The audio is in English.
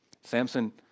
Samson